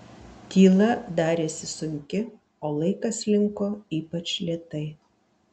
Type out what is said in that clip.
tyla darėsi sunki o laikas slinko ypač lėtai